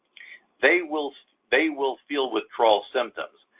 they will they will feel withdrawal symptoms.